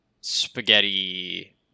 spaghetti